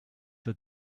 that